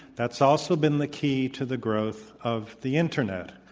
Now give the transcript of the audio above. that's also been the key to the growth of the internet.